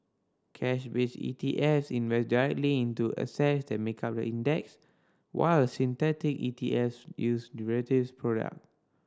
cash based E T S invest directly into assets that make up the index while synthetic E T S use derivative product